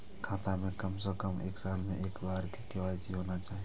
खाता में काम से कम एक साल में एक बार के.वाई.सी होना चाहि?